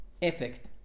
effect